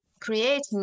creating